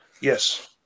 Yes